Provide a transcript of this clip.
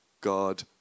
God